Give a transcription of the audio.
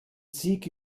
sieg